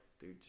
dude